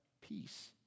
peace